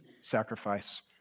sacrifice